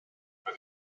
for